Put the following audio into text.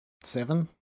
seven